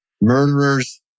murderers